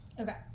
Okay